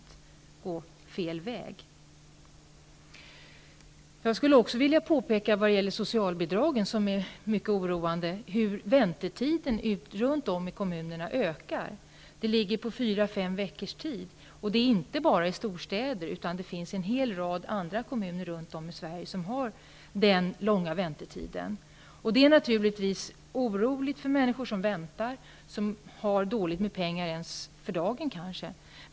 Vad angår socialbidragen skulle jag vilja peka på en sak som är mycket oroande. Väntetiderna ute i kommunerna ökar och är nu uppe i 4--5 veckor. Det gäller inte bara storstäder, utan en hel del andra kommuner runt om i Sverige har denna långa väntetid. Det är naturligtvis oroligt för människor som väntar och som kanske har dåligt med pengar t.o.m. för dagsbehovet.